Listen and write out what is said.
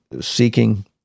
seeking